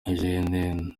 eugene